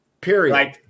period